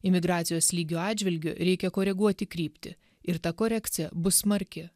imigracijos lygio atžvilgiu reikia koreguoti kryptį ir ta korekcija bus smarki